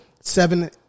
seven